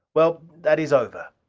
well, that is over.